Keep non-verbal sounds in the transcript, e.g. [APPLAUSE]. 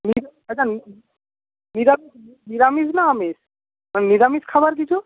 [UNINTELLIGIBLE] আচ্ছা নিরামিষ নিরামিষ না আমিষ নিরামিষ খাবার কিছু